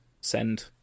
send